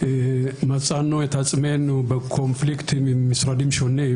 ומצאנו את עצמנו בקונפליקטים עם משרדים שונים